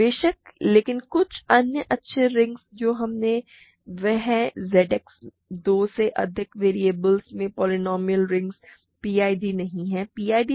बेशक लेकिन कुछ अन्य अच्छे रिंग्स जो हमने लिए वह हैं Z X दो से अधिक वेरिएबल्स में पोलीनोमिअल रिंग्स पीआईडी नहीं हैं